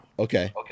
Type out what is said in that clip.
Okay